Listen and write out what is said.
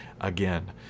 again